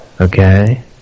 Okay